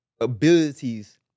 abilities